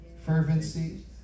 fervency